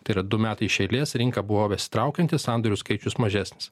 tai yra du metai iš eilės rinka buvo besitraukianti sandorių skaičius mažesnis